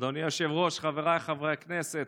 אדוני היושב-ראש, חבריי חברי הכנסת,